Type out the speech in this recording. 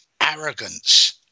arrogance